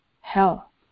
hell